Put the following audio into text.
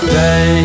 day